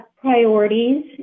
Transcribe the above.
priorities